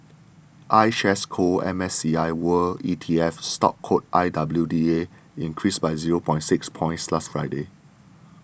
iShares Core M S C I world E T F stock code I W D A increased by zero point six points last Friday